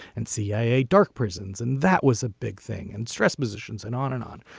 and cia dark prisons and that was a big thing and stress positions and on and on.